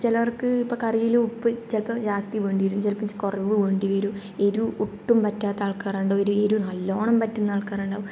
ചിലർക്ക് ഇപ്പോൾ കറിയിൽ ഉപ്പ് ചിലപ്പോൾ ജാസ്തി വേണ്ടിവരും ചിലപ്പോൾ കുറവ് വേണ്ടിവരും എരിവ് ഒട്ടും പറ്റാത്ത ആൾക്കാരുണ്ടാകും എരിവ് നല്ലവണ്ണം പറ്റുന്ന ആൾക്കാരുണ്ടാകും